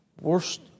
Worst